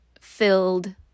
filled